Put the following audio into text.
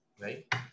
Right